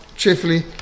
Cheerfully